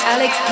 Alex